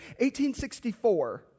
1864